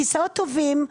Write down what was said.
כיסאות טובים.